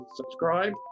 subscribe